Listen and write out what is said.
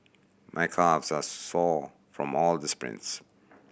my calves are sore from all the sprints